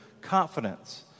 confidence